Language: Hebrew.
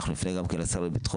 אנחנו נפנה גם כן לשר לביטחון